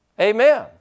Amen